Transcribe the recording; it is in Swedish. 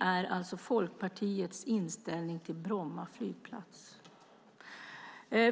är Folkpartiets inställning till Bromma flygplats.